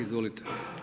Izvolite.